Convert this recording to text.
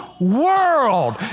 world